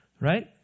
right